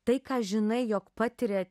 tai ką žinai jog patiria